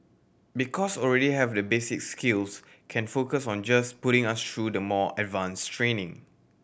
because already have the basic skills can focus on just putting us through the more advanced training